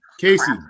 Casey